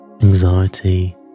Anxiety